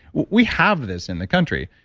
we have this in the country.